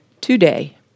today